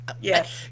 Yes